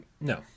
No